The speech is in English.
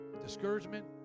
discouragement